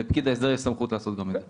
לפקיד ההסדר יש סמכות לעשות גם את זה.